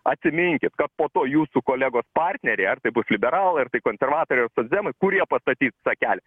atsiminkit kad po to jūsų kolegos partneriai ar tai bus liberalai ar tai konservatoriai ar socdemai kurie pastatys tą kelią